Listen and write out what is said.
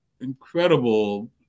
incredible